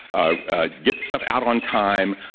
ah get stuff out on time,